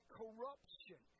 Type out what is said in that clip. corruption